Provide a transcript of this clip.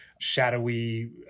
shadowy